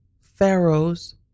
Pharaoh's